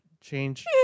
change